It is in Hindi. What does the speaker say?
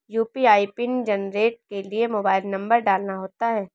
यू.पी.आई पिन जेनेरेट के लिए मोबाइल नंबर डालना होता है